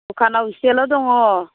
दखानाव इसेल' दङ